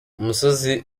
umusozi